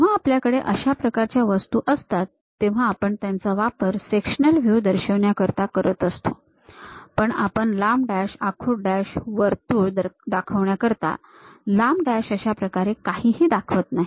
जेव्हा आपल्याकडे अशा प्रकारच्या वस्तू असतात तेव्हा आपण त्यांचा वापर सेक्शनल व्ह्यू दर्शविण्याकरिता करत असतो पण आपण लांब डॅश आखूड डॅश वर्तुळ दाखवण्याकरिता लांब डॅश अशाप्रकारे काहीही दाखवत नाही